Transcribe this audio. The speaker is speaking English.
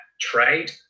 trade